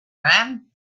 man